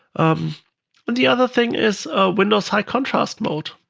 um and the other thing is windows high contrast mode.